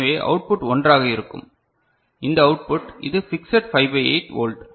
எனவே அவுட்புட் 1 ஆக இருக்கும் இந்த அவுட்புட் இது பிக்ஸட் 5 பை 8 வோல்ட்